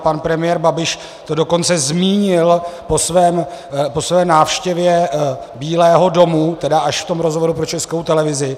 Pan premiér Babiš to dokonce zmínil po své návštěvě Bílého domu, tedy až v tom rozhovoru pro Českou televizi.